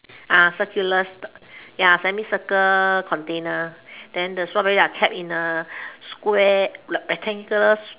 uh circular ya semi circle container then the strawberries are kept in a square rectangular